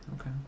Okay